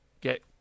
get